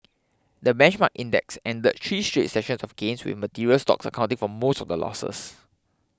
the benchmark index ended three straight sessions of gains with materials stocks accounting for most of the losses